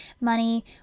money